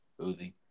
Uzi